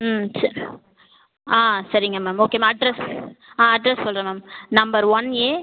ம் சரி ஆ சரிங்க மேம் ஓகே மேம் அட்ரஸ் ஆ அட்ரஸ் சொல்கிறேன் மேம் நம்பர் ஒன் ஏ